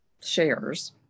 shares